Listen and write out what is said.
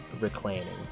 reclaiming